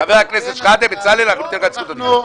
אנחנו נדון עליה.